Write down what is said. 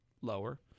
lower